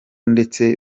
ndetse